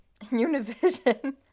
Univision